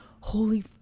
holy